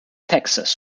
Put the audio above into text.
texas